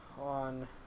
on